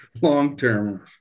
Long-term